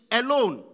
alone